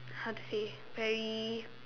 how to say very